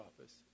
office